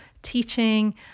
teaching